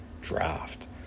draft